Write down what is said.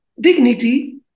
dignity